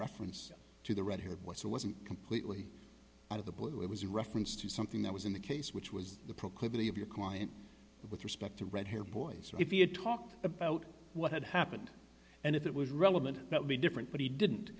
reference to the red here what's it wasn't completely out of the blue it was a reference to something that was in the case which was the proclivity of your client with respect to read here boys if you talked about what had happened and if it was relevant that would be different but he didn't